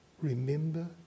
Remember